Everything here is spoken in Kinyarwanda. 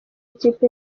ikipe